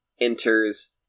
enters